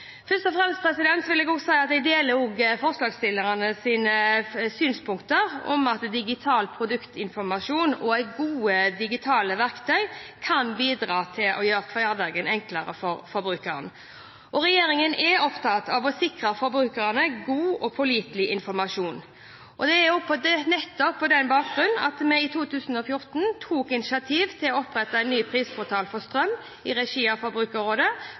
fremst vil jeg si at jeg deler forslagsstillernes synspunkter på at digital produktinformasjon og gode digitale verktøy kan bidra til å gjøre hverdagen enklere for forbrukerne. Regjeringen er opptatt av å sikre forbrukerne god og pålitelig informasjon. Det er nettopp på den bakgrunn at vi i 2014 tok initiativ til å opprette en ny prisportal for strøm i regi av Forbrukerrådet,